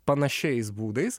panašiais būdais